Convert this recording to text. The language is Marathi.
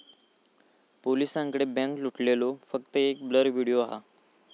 पोलिसांकडे बॅन्क लुटलेलो फक्त एक ब्लर व्हिडिओ हा